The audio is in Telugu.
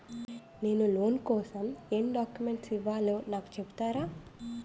నేను లోన్ కోసం ఎం డాక్యుమెంట్స్ ఇవ్వాలో నాకు చెపుతారా నాకు చెపుతారా?